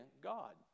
God